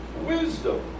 Wisdom